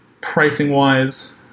pricing-wise